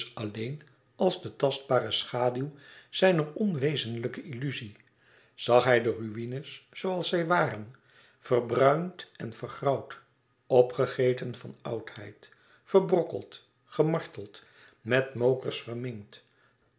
als de tastbare schaduw zijner onwezenlijke illuzie zag hij de ruïnes zooals zij waren verbruind en vergrauwd opgegeten van oudheid verbrokkeld gemarteld met mokers verminkt